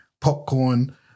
popcorn